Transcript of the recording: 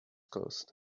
caused